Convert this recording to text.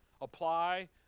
apply